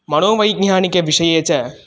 मनोवैज्ञानिक विषये च